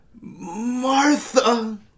Martha